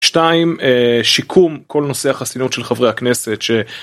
שתיים, שיקום כל נושא החסינות של חברי הכנסת ש...